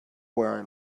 where